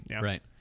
right